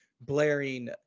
blaring